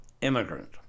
immigrant